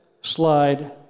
slide